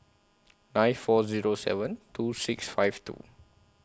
nine four Zero seven two six five two